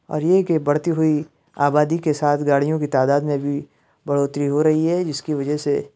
اور یہ کہ بڑھتی ہوئی آبادی کے ساتھ گاڑیوں کی تعداد میں بھی بڑھوتری ہو رہی ہے جس کی وجہ سے